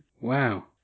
Wow